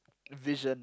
vision